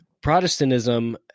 Protestantism